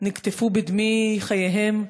שנקטפו בדמי ימיהם.